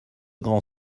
grand